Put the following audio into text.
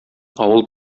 авыл